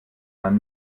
man